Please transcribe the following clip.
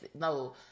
No